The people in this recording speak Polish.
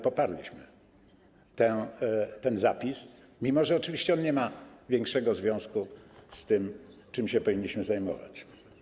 Poparliśmy ten zapis, mimo że oczywiście on nie ma większego związku z tym, czym się powinniśmy zajmować.